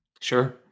sure